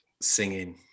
singing